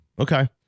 Okay